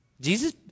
Jesus